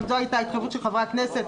גם זו הייתה התחייבות של חבר הכנסת,